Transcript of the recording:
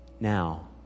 Now